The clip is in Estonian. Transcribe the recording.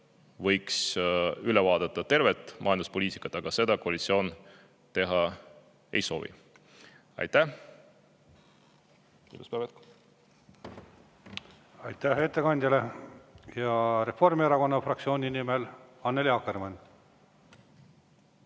võiks üle vaadata terve majanduspoliitika, aga seda koalitsioon teha ei soovi. Aitäh! Aitäh ettekandjale! Reformierakonna fraktsiooni nimel Annely Akkermann.